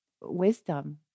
wisdom